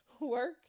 Work